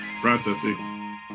processing